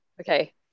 Okay